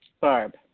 Barb